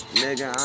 nigga